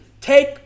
Take